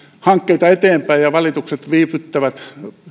hankkeita eteenpäin ja valitukset viivyttävät